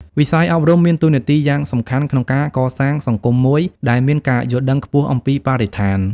វិស័យអប់រំមានតួនាទីយ៉ាងសំខាន់ក្នុងការកសាងសង្គមមួយដែលមានការយល់ដឹងខ្ពស់អំពីបរិស្ថាន។